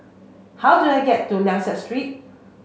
how do I get to Liang Seah Street